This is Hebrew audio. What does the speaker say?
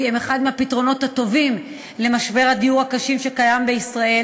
הם אחד מהפתרונות הטובים למשבר הדיור הקשה שקיים בישראל.